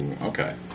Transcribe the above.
okay